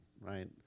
Right